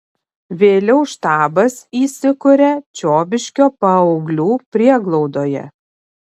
vėliau štabas įsikuria čiobiškio paauglių prieglaudoje